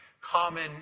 Common